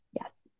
Yes